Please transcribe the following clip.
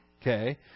Okay